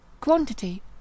quantity